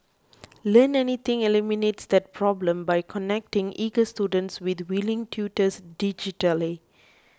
Learn Anything eliminates that problem by connecting eager students with willing tutors digitally